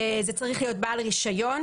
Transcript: זה כמובן צריך להיות בעל רישיון